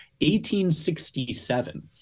1867